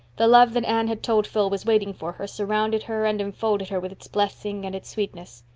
the love that anne had told phil was waiting for her surrounded her and enfolded her with its blessing and its sweetness.